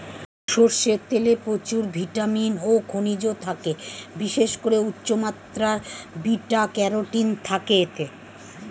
সরষের তেলে প্রচুর ভিটামিন ও খনিজ থাকে, বিশেষ করে উচ্চমাত্রার বিটা ক্যারোটিন থাকে এতে